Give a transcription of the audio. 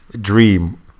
dream